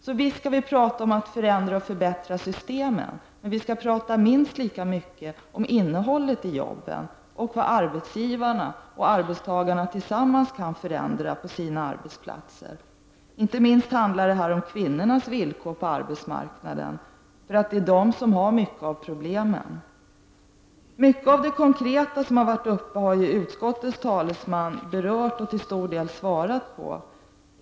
Så visst skall vi tala om att förändra och förbättra systemen, men vi skall tala minst lika mycket om innehållet i jobben och vad arbetsgivarna och arbetstagarna tillsammans kan förändra på sina arbetsplatser. Inte minst handlar detta om kvinnornas villkor på arbetsmarknaden, eftersom det är kvinnorna som har en stor del av problemen. Många av de konkreta frågor som har varit uppe till debatt har utskottets talesman berört och till stor del svarat på.